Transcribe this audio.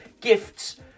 gifts